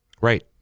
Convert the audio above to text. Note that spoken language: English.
Right